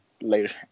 later